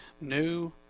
new